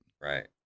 Right